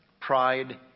pride